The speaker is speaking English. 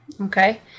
okay